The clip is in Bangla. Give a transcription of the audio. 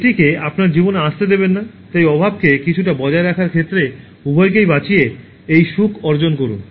এটিকে আপনার জীবনে আসতে দেবেন না তাই অভাবকে কিছুটা বজায় রাখার ক্ষেত্রে উভয়কেই বাঁচিয়ে এই সুখ অর্জন করুন